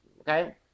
okay